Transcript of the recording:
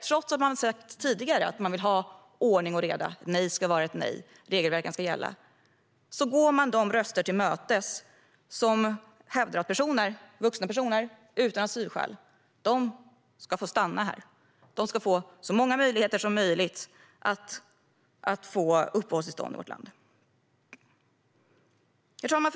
Trots att de tidigare har sagt att de vill ha ordning och reda och att ett nej ska vara ett nej - regelverken ska gälla - går Socialdemokraterna de röster till mötes som hävdar att vuxna personer utan asylskäl ska få stanna här och få så många möjligheter som möjligt att få uppehållstillstånd i vårt land. Herr talman!